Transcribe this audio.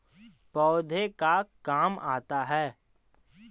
पौधे का काम आता है?